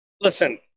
Listen